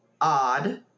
Odd